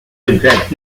regret